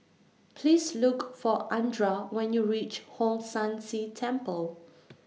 Please Look For Andra when YOU REACH Hong San See Temple